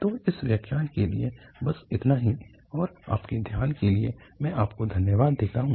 तो इस व्याख्यान के लिए बस इतना ही और आपके ध्यान के लिए मैं आपको धन्यवाद देता हूँ